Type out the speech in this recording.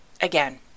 Again